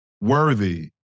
worthy